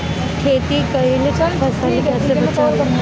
खेती कईल फसल कैसे बचाई?